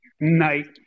Night